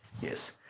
Yes